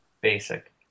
Basic